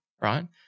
right